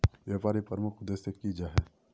व्यापारी प्रमुख उद्देश्य की जाहा?